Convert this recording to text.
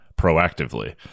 proactively